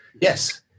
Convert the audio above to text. Yes